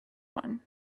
one